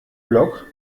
block